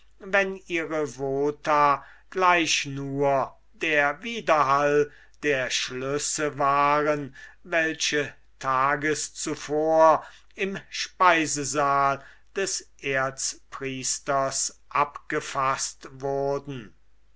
wenn ihre vota gleich nur der widerhall der schlüsse waren welche tages zuvor im speisesaal des erzpriesters abgefaßt wurden